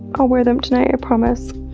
i'll wear them tonight, i promise!